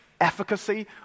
efficacy